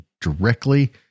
directly